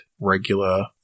regular